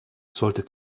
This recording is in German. sollte